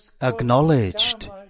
acknowledged